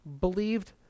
believed